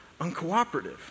uncooperative